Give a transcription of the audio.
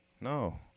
No